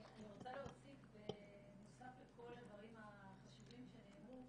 אני רוצה להוסיף בנוסף לכל הדברים החשובים שנאמרו,